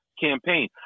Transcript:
campaign